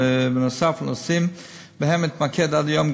בנוסף לנושאים שבהם התמקד עד היום,